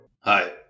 Hi